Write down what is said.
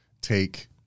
take